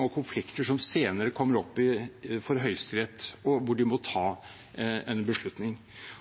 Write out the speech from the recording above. og konflikter som senere kommer opp for Høyesterett, og hvor de må ta en beslutning.